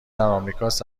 آمریکاست